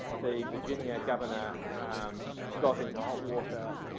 the virginia governor got into hot water